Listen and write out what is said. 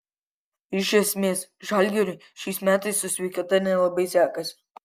iš esmės žalgiriui šiais metais su sveikata nelabai sekasi